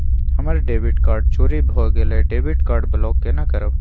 हमर debit card चोरी भगेलै डेबिट कार्ड ब्लॉक केना करब?